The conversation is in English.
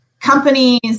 companies